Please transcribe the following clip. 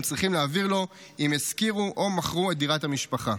צריכים להעביר לו אם השכירו או מכרו את דירת המשפחה.